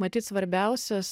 matyt svarbiausias